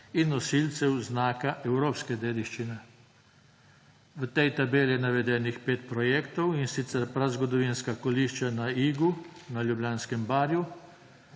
in nosilce znaka evropske dediščine.« V tej tabeli je navedenih pet projektov, in sicer: prazgodovinska kolišča na Igu na Ljubljanskem barju,